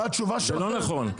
זה לא נכון,